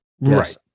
Right